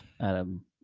Adam